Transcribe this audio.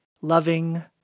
loving